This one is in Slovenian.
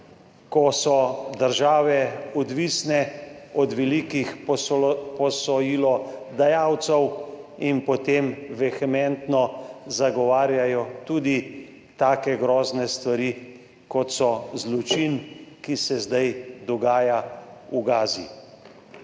ko so države odvisne od velikih posojilodajalcev in potem vehementno zagovarjajo tudi take grozne stvari, kot je zločin, ki se zdaj dogaja v Gazi.